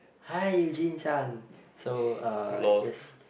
hi Eugene-san so uh yes